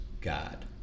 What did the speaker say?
God